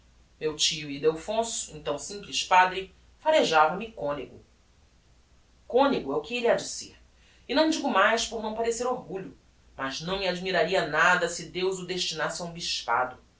meu tio ildefonso então simples padre farejava me conego conego é o que elle ha de ser e não digo mais por não parecer orgulho mas não me admiraria nada se deus o destinasse á um bispado